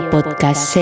Podcast